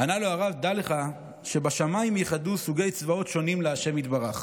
ענה לו הרב: דע לך שבשמיים ייחדו סוגי צבאות שונים להשם יתברך.